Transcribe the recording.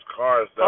cars